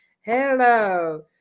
Hello